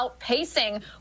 outpacing